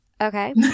Okay